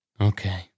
Okay